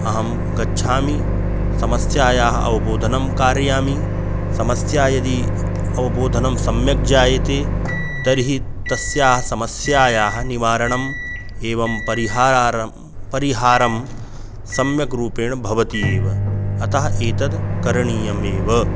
अहं गच्छामि समस्यायाः अवबोधनं कारयामि समस्यायाः यदि अवबोधनं सम्यक् जायते तर्हि तस्याः समस्यायाः निवारणम् एवं परिहारं परिहारं सम्यक् रूपेण भवति एव अतः एतद् करणीयमेव